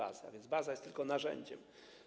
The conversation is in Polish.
A więc baza jest tylko narzędziem.